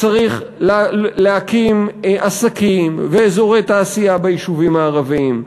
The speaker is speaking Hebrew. צריך להקים עסקים ואזורי תעשייה ביישובים הערביים.